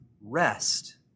rest